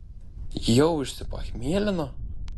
jau išsipachmielino